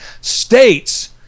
states